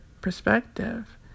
perspective